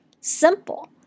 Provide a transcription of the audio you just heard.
Simple